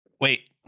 Wait